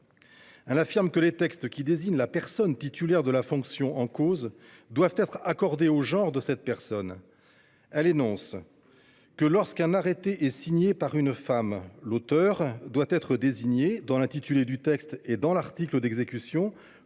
que :« Les textes qui désignent la personne titulaire de la fonction en cause doivent être accordés au genre de cette personne. Lorsqu’un arrêté est signé par une femme, l’auteure doit être désignée, dans l’intitulé du texte et dans l’article d’exécution,